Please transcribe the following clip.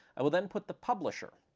i'll then put the publisher.